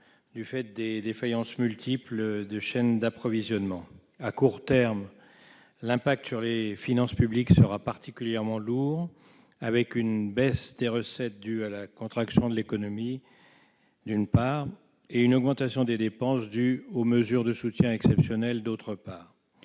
du fait des défaillances multiples des chaînes d'approvisionnement à court terme, l'impact sur les finances publiques sera particulièrement lourd, avec une baisse des recettes due à la contraction de l'économie, d'une part, et une augmentation des dépenses due aux mesures de soutien exceptionnel, d'autre part.